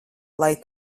lai